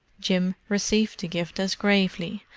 jim received the gift as gravely,